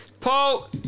Paul